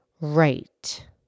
Right